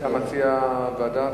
אתה מציע ועדה?